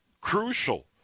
crucial